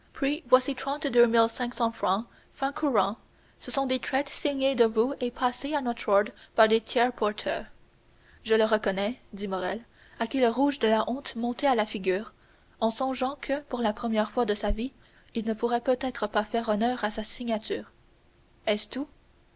voici trente-deux mille cinq cents francs fin courant ce sont des traites signées de vous et passées à notre ordre par des tiers porteurs je le reconnais dit morrel à qui le rouge de la honte montait à la figure en songeant que pour la première fois de sa vie il ne pourrait peut-être pas faire honneur à sa signature